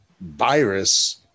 virus